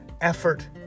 effort